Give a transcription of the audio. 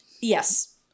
yes